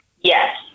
yes